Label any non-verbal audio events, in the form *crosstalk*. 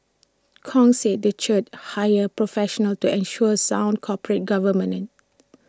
Kong said the church hired professionals to ensure sound corporate *unintelligible*